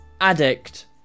Addict